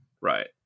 right